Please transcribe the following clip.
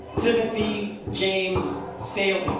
timothy james sayle